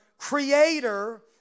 Creator